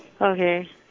Okay